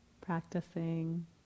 practicing